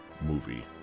movie